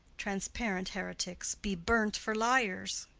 transparent heretics, be burnt for liars!